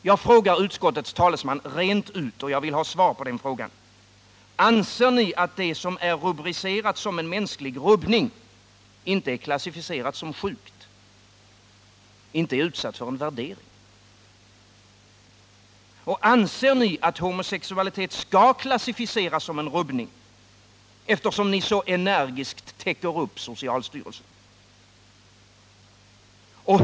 Jag frågar utskottets talesman rent ut, och jag vill ha svar på frågan: Anser ni att det som är rubricerat som en mänsklig ”rubbning” inte är klassificerat som sjukt, inte är utsatt för en värdering? Och anser ni att homosexualitet skall klassificeras som en rubbning, eftersom ni så energiskt täcker upp socialstyrelsen?